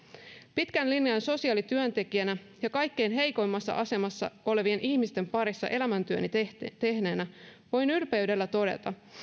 pitkän linjan sosiaalityöntekijänä ja kaikkein heikoimmassa asemassa olevien ihmisten parissa elämäntyöni tehneenä voin ylpeydellä todeta